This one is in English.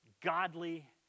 godly